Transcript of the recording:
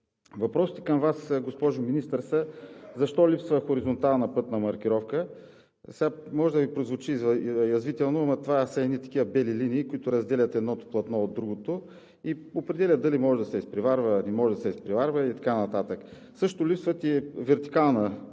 Въпросите към Вас, госпожо Министър, са: защо липсва хоризонтална пътна маркировка? Може сега да Ви прозвучи язвително, но това са едни такива бели линии, които разделят едното платно от другото, и определят дали може да се изпреварва, не може да се изпреварва и така нататък. Също липсва и вертикална